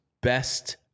best